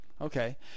Okay